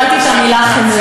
אני רק ניצלתי את המילה חמלה,